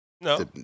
No